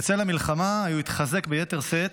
בצל המלחמה הוא התחזק ביתר שאת,